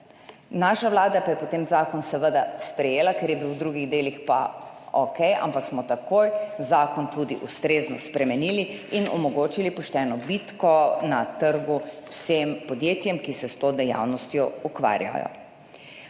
naša Vlada pa je potem zakon seveda sprejela, ker je bil v drugih delih pa okej, ampak smo takoj zakon tudi ustrezno spremenili in omogočili pošteno bitko na trgu vsem podjetjem, ki se s to dejavnostjo ukvarjajo.